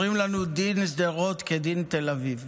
אומרים לנו "דין שדרות כדין תל אביב",